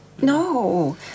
No